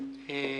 מקצועיים,